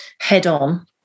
head-on